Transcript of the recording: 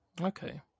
Okay